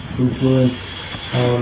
influence